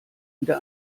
wieder